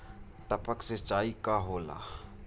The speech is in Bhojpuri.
टपक सिंचाई का होला?